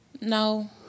No